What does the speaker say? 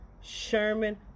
Sherman